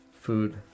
Food